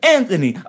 Anthony